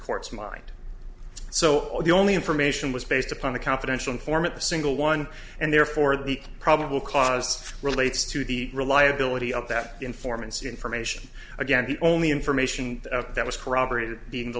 court's mind so the only information was based upon the confidential informant the single one and therefore the probable cause relates to the reliability of that informants information again the only information that was corroborated in the